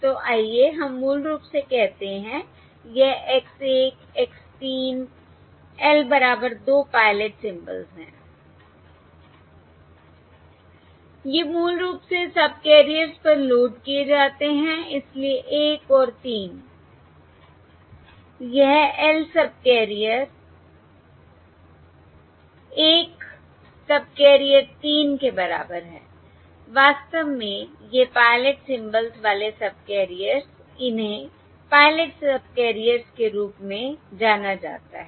तो आइए हम मूल रूप से कहते हैं यह X 1 X 3 L बराबर 2 पायलट सिंबल्स हैं I ये मूल रूप से सबकैरियर्स पर लोड किए जाते हैं इसलिए 1 और 3 यह L सबकैरियर 1 सबकैरियर 3 के बराबर है वास्तव में ये पायलट सिंबल्स वाले सबकैरियर्स इन्हें पायलट सबकैरियर्स के रूप में जाना जाता है